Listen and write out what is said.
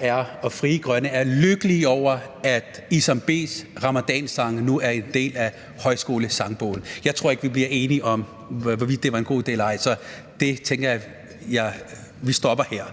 er og Frie Grønne er lykkelige over, at Isam B's ramadansang nu er en del af Højskolesangbogen. Jeg tror ikke, vi bliver enige om, hvorvidt det var en god idé eller ej. Så det tænker jeg vi stopper her.